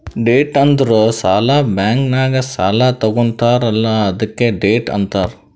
debt ಅಂದುರ್ ಸಾಲ, bank ನಾಗ್ ಸಾಲಾ ತಗೊತ್ತಾರ್ ಅಲ್ಲಾ ಅದ್ಕೆ ಡೆಟ್ ಅಂತಾರ್